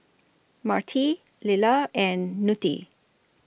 Marti Lilla and Knute